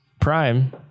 Prime